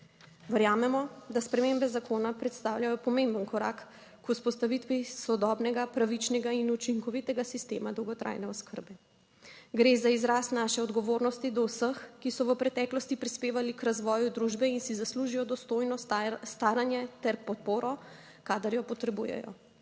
Verjamemo, da spremembe zakona predstavljajo pomemben korak k vzpostavitvi sodobnega, pravičnega in učinkovitega sistema dolgotrajne oskrbe, gre za izraz naše odgovornosti do vseh, ki so v preteklosti prispevali k razvoju družbe in si zaslužijo dostojno staranje ter podporo, kadar jo potrebujejo.